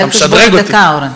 אתה משדרג אותי.